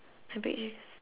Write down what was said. I bet it's just